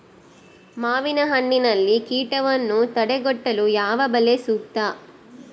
ಮಾವಿನಹಣ್ಣಿನಲ್ಲಿ ಕೇಟವನ್ನು ತಡೆಗಟ್ಟಲು ಯಾವ ಬಲೆ ಸೂಕ್ತ?